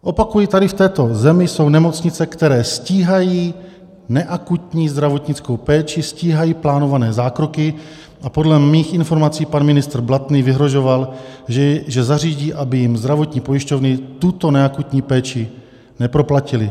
Opakuji, tady v této zemi jsou nemocnice, které stíhají neakutní zdravotnickou péči, stíhají plánované zákroky, a podle mých informací pan ministr Blatný vyhrožoval, že zařídí, aby jim zdravotní pojišťovny tuto neakutní péči neproplatily.